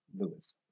Lewis